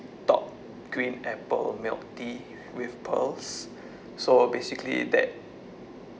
talk green apple milk tea with pearls so basically that